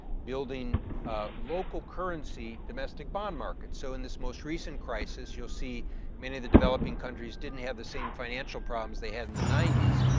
building local currency domestic buying market? so in this most recent crisis, you'll see many of the developing countries didn't have the same financial problems they had in the ninety s.